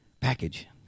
package